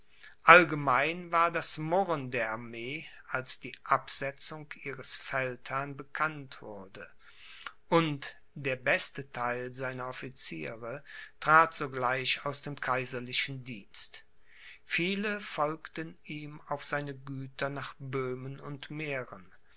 allgemein war das murren der armee als die absetzung ihres feldherrn bekannt wurde und der beste theil seiner officiere trat sogleich aus dem kaiserlichen dienst viele folgten ihm auf seine güter nach böhmen und mähren